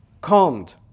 calmed